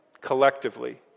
collectively